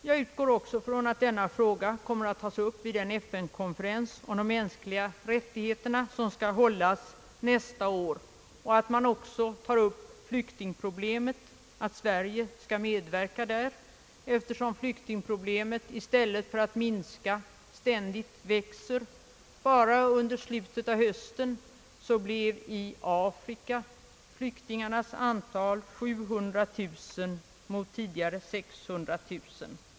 Jag utgår också ifrån att denna fråga kommer att tas upp vid den FN-konferens om de mänskliga rättigheterna som skall hållas nästa år och att man också tar upp flyktingproblemet, som i stället för att minska ständigt bara växer. Bara under slutet av hösten ökade i Afrika flyktingarnas antal från tidigare 600 000 till 700 000.